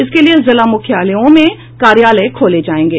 इसके लिये जिला मुख्यालयों में कार्यालय खोले जायेंगे